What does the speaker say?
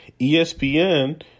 ESPN